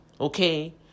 okay